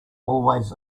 always